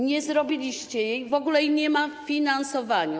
Nie zrobiliście jej, w ogóle jej nie ma w finansowaniu.